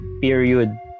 period